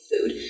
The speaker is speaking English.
food